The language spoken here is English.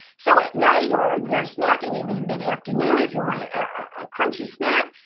so at night or you're snacking even in mid-afternoon, if you want a crunchy snack,